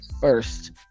first